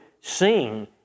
sing